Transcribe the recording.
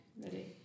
Ready